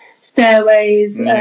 stairways